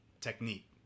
technique